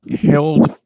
held